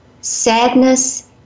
sadness